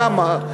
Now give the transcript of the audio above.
למה?